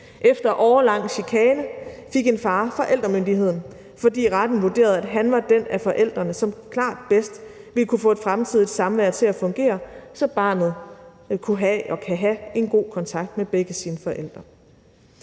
Efter årelang chikane fik en far forældremyndigheden, fordi retten vurderede, at han er den af forældrene, som klart bedst vil kunne få et fremtidigt samvær til at fungere, så barnet kan have en god kontakt med begge sine forældre.